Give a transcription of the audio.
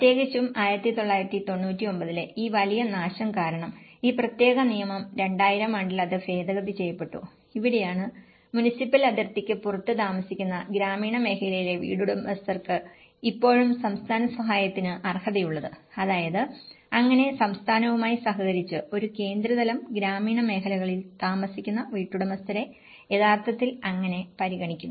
പ്രത്യേകിച്ചും 1999 ലെ ഈ വലിയ നാശം കാരണം ഈ പ്രത്യേക നിയമം 2000 ആണ്ടിൽ അത് ഭേദഗതി ചെയ്യപ്പെട്ടു ഇവിടെയാണ് മുനിസിപ്പൽ അതിർത്തിക്ക് പുറത്ത് താമസിക്കുന്ന ഗ്രാമീണ മേഖലയിലെ വീട്ടുടമസ്ഥർക്ക് ഇപ്പോഴും സംസ്ഥാന സഹായത്തിന് അർഹതയുള്ളത് അതായത് അങ്ങനെ സംസ്ഥാനവുമായി സഹകരിച്ച് ഒരു കേന്ദ്ര തലം ഗ്രാമീണ മേഖലകളിൽ താമസിക്കുന്ന വീട്ടുടമസ്ഥരെ യഥാർത്ഥത്തിൽ അങ്ങനെ പരിഗണിച്ചു